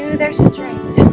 their strength